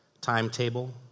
timetable